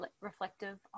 reflective